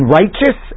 righteous